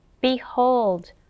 Behold